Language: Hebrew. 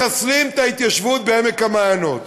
מחסלים את ההתיישבות בעמק המעיינות,